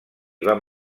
vam